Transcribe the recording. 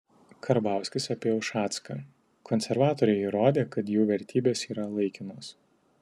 karbauskis apie ušacką konservatoriai įrodė kad jų vertybės yra laikinos